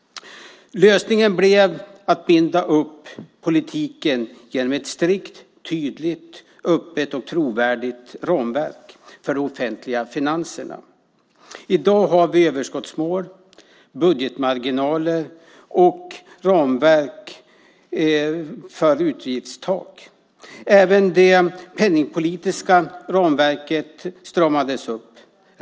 Lösningen blev att binda upp politiken genom ett strikt, tydligt, öppet och trovärdigt ramverk för de offentliga finanserna. I dag har vi överskottsmål, budgetmarginaler och ramverk för utgiftstak. Även det penningpolitiska ramverket stramades upp.